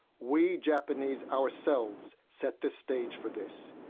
we japanese ourselves set the stage for this,